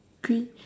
tree